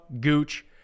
gooch